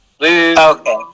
Okay